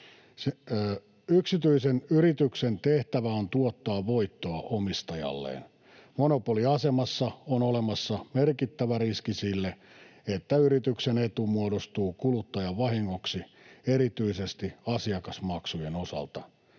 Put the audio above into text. Yksityisen yrityksen tehtävä on tuottaa voittoa omistajalleen. Monopolisasemassa on olemassa merkittävä riski sille, että yrityksen etu muodostuu kuluttajan vahingoksi erityisesti asiakasmaksujen osalta.